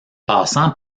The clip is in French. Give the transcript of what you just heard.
passant